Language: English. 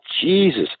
Jesus